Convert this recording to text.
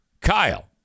Kyle